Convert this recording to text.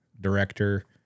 director